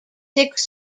six